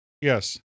Yes